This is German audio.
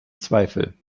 zweifel